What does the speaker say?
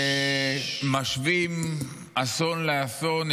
שמשווים אסון לאסון,